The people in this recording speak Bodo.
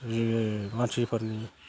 जि मानसिफोरनि